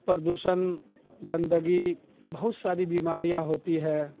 پردوشن گندگی بہت ساری بیماریاں ہوتی ہے